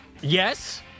Yes